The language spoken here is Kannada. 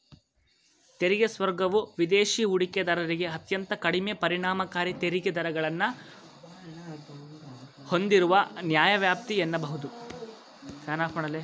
ತೆರಿಗೆ ಸ್ವರ್ಗವು ವಿದೇಶಿ ಹೂಡಿಕೆದಾರರಿಗೆ ಅತ್ಯಂತ ಕಡಿಮೆ ಪರಿಣಾಮಕಾರಿ ತೆರಿಗೆ ದರಗಳನ್ನ ಹೂಂದಿರುವ ನ್ಯಾಯವ್ಯಾಪ್ತಿ ಎನ್ನಬಹುದು